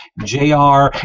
Jr